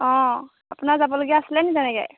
অঁ আপোনাৰ যাবলগীয়া আছিলে নেকি তেনেকৈ